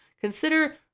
consider